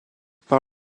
par